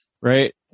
right